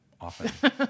often